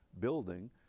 building